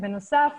בנוסף,